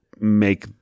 make